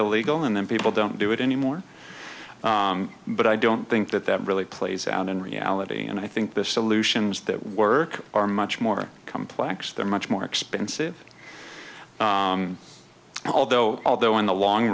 illegal and then people don't do it anymore but i don't think that that really plays out in reality and i think the solutions that work are much more complex they're much more expensive although although in the long